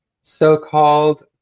So-called